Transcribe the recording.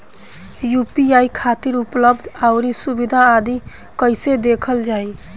UPI खातिर उपलब्ध आउर सुविधा आदि कइसे देखल जाइ?